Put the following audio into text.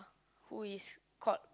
who is called